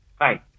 Hi